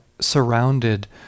surrounded